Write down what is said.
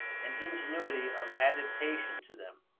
and ingenuity of adaptation to them.